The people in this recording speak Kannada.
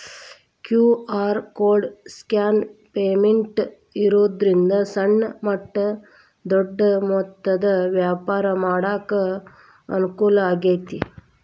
ಕ್ಯೂ.ಆರ್ ಕೋಡ್ ಸ್ಕ್ಯಾನ್ ಪೇಮೆಂಟ್ ಇರೋದ್ರಿಂದ ಸಣ್ಣ ಮಟ್ಟ ದೊಡ್ಡ ಮೊತ್ತದ ವ್ಯಾಪಾರ ಮಾಡಾಕ ಅನುಕೂಲ ಆಗೈತಿ